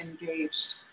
engaged